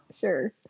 sure